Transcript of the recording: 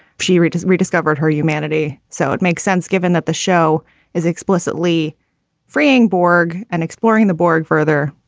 she reaches rediscovered her humanity. so it makes sense given that the show is explicitly freeing borg and exploring the borg further,